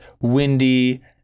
windy